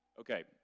Okay